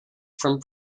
from